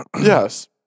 Yes